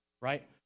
Right